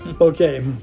Okay